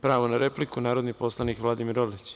Pravo na repliku narodni poslanik Vladimir Orlić.